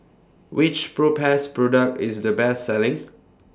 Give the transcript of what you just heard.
Which Propass Product IS The Best Selling